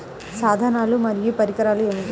సాధనాలు మరియు పరికరాలు ఏమిటీ?